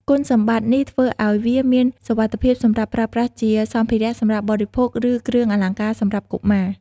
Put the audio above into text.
គុណសម្បត្តិនេះធ្វើឱ្យវាមានសុវត្ថិភាពសម្រាប់ប្រើប្រាស់ជាសម្ភារៈសម្រាប់បរិភោគ ឬគ្រឿងអលង្ការសម្រាប់កុមារ។